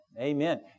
Amen